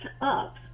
up